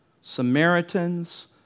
Samaritans